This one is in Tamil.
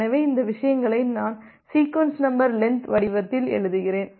எனவே இந்த விஷயங்களை நான் 'சீக்வென்ஸ் நம்பர் லென்த்' வடிவத்தில் எழுதுகிறேன்